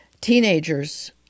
teenagers